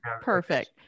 Perfect